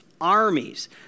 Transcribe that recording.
armies